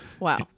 Wow